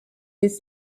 this